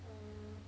mm